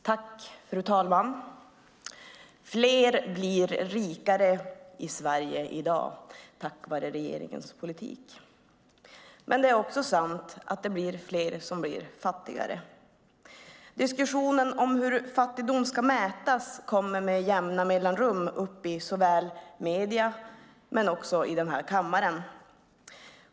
Fru talman! Fler blir rikare i Sverige i dag tack vare regeringens politik. Men det är också sant att det är fler som blir fattigare. Diskussionen om hur fattigdom ska mätas kommer med jämna mellanrum upp i såväl medierna som kammaren.